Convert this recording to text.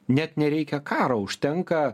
net nereikia karo užtenka